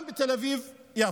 גם בתל אביב-יפו.